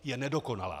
Je nedokonalá.